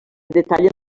detallen